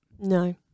No